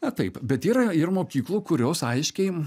na taip bet yra ir mokyklų kurios aiškiai